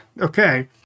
okay